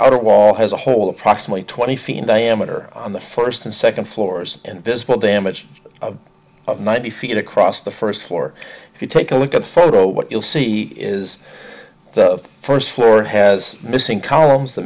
outer wall has a hole approximately twenty feet in diameter on the first and second floors and visible damage of ninety feet across the first floor if you take a look at the photo what you'll see is the first floor has missing columns the